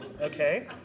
okay